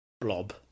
blob